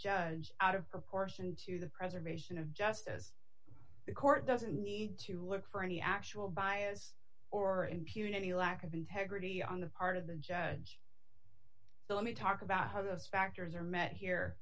judge out of proportion to the preservation of just as the court doesn't need to look for any actual bias or impunity lack of integrity on the part of the judge so let me talk about how those factors are met here